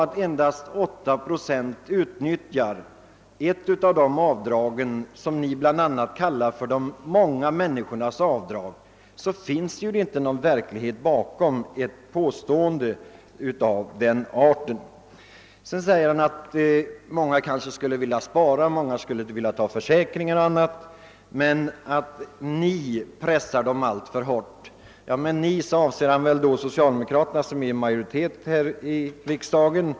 Om endast 8 procent utnyttjar ett av de avdrag, som ni bl.a. kallar för ett »de många människornas avdrag», finns det inte någon verklighet bakom ett påstående av denna art. Herr Åkerlind säger vidare att många kanske skulle vilja spara, teckna försäkringar o.s.v. i större utsträckning än nu, men att man pressar dem alltför hårt. Med ordet »man» avser han väl då socialdemokraterna som är i majoritet här i riksdagen.